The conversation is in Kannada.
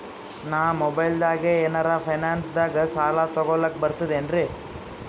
ನಾ ಮೊಬೈಲ್ದಾಗೆ ಏನರ ಫೈನಾನ್ಸದಾಗ ಸಾಲ ತೊಗೊಲಕ ಬರ್ತದೇನ್ರಿ?